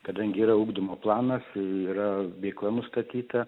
kadangi yra ugdymo planas yra veikla nustatyta